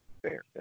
Fair